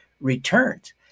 returns